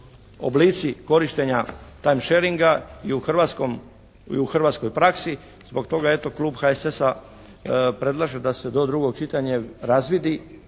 oblici korištenja time sharinga i u hrvatskoj praksi. Zbog toga eto, klub HSS-a predlaže se da se do drugog čitanja razvidi,